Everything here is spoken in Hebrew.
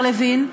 השר לוין,